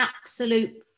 absolute